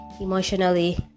emotionally